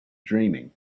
dreaming